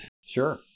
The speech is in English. Sure